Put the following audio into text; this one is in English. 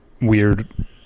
weird